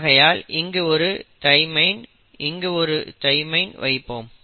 ஆகையால் இங்கு ஒரு தைமைன் இங்கு ஒரு தைமைன் வைப்போம்